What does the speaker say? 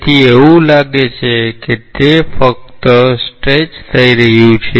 તેથી એવું લાગે છે કે તે ફક્ત ખેંચાઈ રહ્યું છે